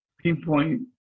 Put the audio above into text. pinpoint